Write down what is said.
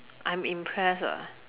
I'm impressed ah